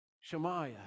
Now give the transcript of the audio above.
Shemaiah